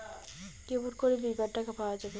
কেমন করি বীমার টাকা পাওয়া যাবে?